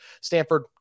Stanford